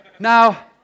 Now